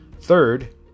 Third